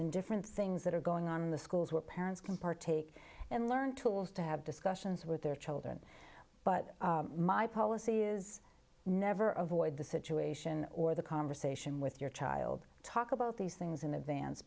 different things that are going on in the schools where parents can partake and learn tools to have discussions with their children but my policy is never avoid the situation or the conversation with your child talk about these things in advance